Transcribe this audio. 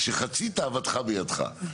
שחצי תאוותך בידך.